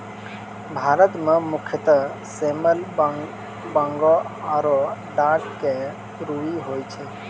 भारत मं मुख्यतः सेमल, बांगो आरो आक के रूई होय छै